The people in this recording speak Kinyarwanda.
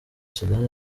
sudani